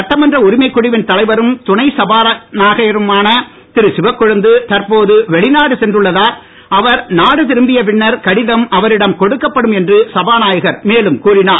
சட்டமன்ற உரிமைக்குழுவின் தலைவரும் துணை என சபாநாயகருமான திரு சிவக்கொழுந்து தற்போது வெளிநாடு சென்றுள்ளதால் அவர் நாடு திரும்பிய பின்னர் கடிதம் அவரிடம் கொடுக்கப்படும் என்று சபாநாயகர் மேலும் கூறினார்